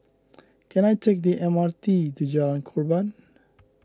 can I take the M R T to Jalan Korban